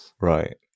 Right